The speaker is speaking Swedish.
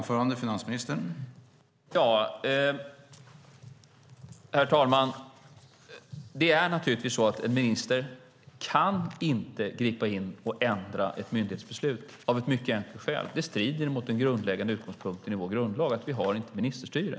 Herr talman! En minister kan inte gripa in och ändra ett myndighetsbeslut av ett mycket enkelt skäl. Det strider nämligen mot den grundläggande utgångspunkten i vår grundlag. Vi har inte ministerstyre.